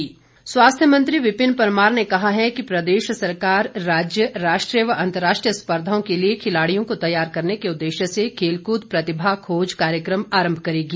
विपिन परमार स्वास्थ्य मंत्री विपिन परमार ने कहा है कि प्रदेश सरकार राज्य राष्ट्रीय व अंतर्राष्ट्रीय स्पर्धाओं के लिए खिलाड़ियों को तैयार करने के उद्देश्य से खेलकूद प्रतिभा खोज कार्यक्रम आरंभ करेगी